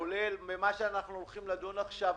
כולל מה שאנחנו הולכים לדון עליו עכשיו,